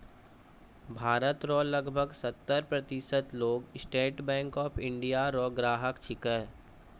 भारत रो लगभग सत्तर प्रतिशत लोग स्टेट बैंक ऑफ इंडिया रो ग्राहक छिकै